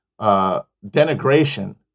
denigration